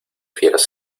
fieras